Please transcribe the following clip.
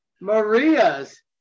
Maria's